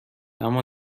اما